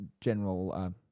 General